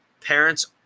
parents